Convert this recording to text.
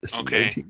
Okay